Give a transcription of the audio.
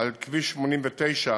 על כביש 89,